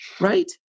Right